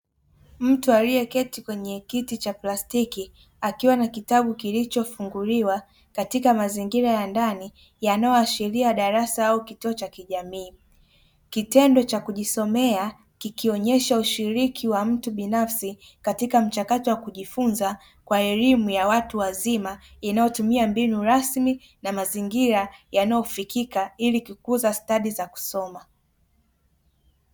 Mtu aliyeketi kwenye kiti cha plastiki akiwa na kitabu kilichofunguliwa katika mazingira ya ndani yanayoashiria darasa au kituo cha kijamii. Kitendo cha kujisomea kikionyesha ushiriki wa mtu binafsi katika mchakato wa kujifunza kwa elimu ya watu wazima inayotumia mbinu rasmi na mazingira yanayofikika ili kukuza stadi za kusoma.